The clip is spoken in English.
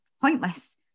pointless